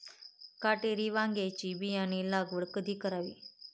काटेरी वांग्याची बियाणे लागवड कधी करावी?